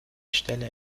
stelle